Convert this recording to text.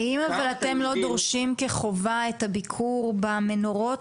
האם אתם לא דורשים כחובה את הביקור במנורות,